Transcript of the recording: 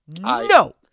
No